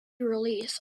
release